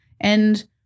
And-